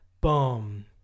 Boom